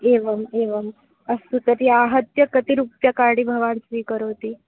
एवम् एवम् अस्तु तर्हि आहत्य कति रूप्यकाणि भवान् स्वीकरोति